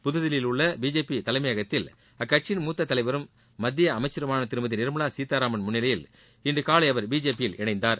புதுதில்லியில் உள்ள பிஜேபி தலைமையகத்தில் அக்கட்சியின் மூத்த தலைவரும் மத்திய அமைச்சருமான திருமதி நிர்மவா சீதாராமன் முன்னிவையில் இன்று காலை அவர் பிஜேபி யில் இணைந்தார்